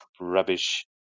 rubbish